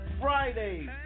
Fridays